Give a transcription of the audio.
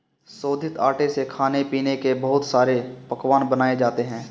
शोधित आटे से खाने पीने के बहुत सारे पकवान बनाये जाते है